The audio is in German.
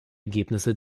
ergebnisse